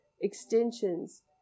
extensions